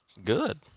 Good